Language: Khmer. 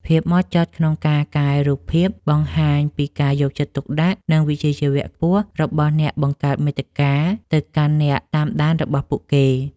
ភាពម៉ត់ចត់ក្នុងការកែរូបភាពបង្ហាញពីការយកចិត្តទុកដាក់ និងវិជ្ជាជីវៈខ្ពស់របស់អ្នកបង្កើតមាតិកាទៅកាន់អ្នកតាមដានរបស់ពួកគេ។